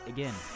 Again